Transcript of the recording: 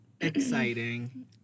exciting